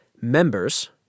members